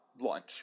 lunch